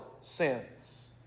sins